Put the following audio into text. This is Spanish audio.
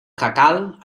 jacal